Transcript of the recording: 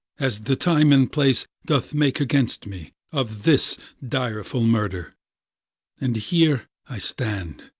as the time and place doth make against me, of this direful murder and here i stand,